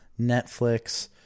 Netflix